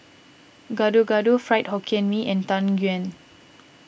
Gado Gado Fried Hokkien Mee and Tang Yuen